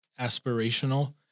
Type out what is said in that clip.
aspirational